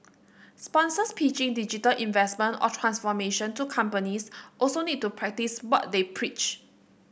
sponsors pitching digital investment or transformation to companies also need to practice what they preach